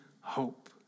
hope